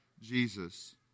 Jesus